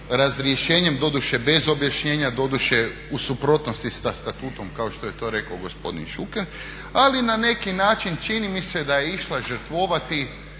razrješenjem doduše bez objašnjenja doduše u suprotnosti sa Statutom kako je to rekao gospodin Šuker, ali na neki način čini mi se da je išla žrtvovati